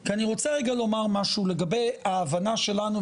אני רוצה רגע לומר משהו לגבי ההבנה שלנו,